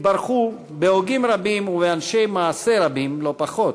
התברכו בהוגים רבים ובאנשי מעשה רבים לא פחות,